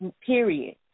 period